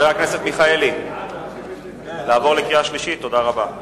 תודה רבה.